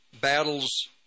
Battles